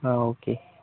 ആ ഓക്കെ